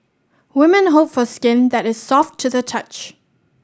woman hope for skin that is soft to the touch